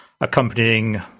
accompanying